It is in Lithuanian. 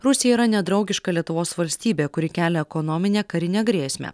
rusija yra nedraugiška lietuvos valstybė kuri kelia ekonominę karinę grėsmę